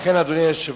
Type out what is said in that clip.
לכן, אדוני היושב-ראש,